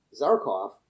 Zarkov